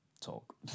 talk